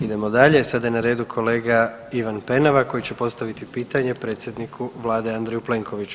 Idemo dalje, sada je na redu kolega Ivan Penava, koji će postaviti pitanje predsjedniku vlade Andreju Plenkoviću.